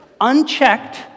unchecked